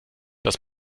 dass